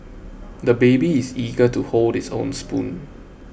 the baby is eager to hold his own spoon